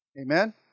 Amen